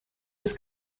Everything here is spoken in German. das